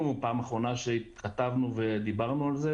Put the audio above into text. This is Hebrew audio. פעם אחרונה שהתכתבנו ודיברנו על זה,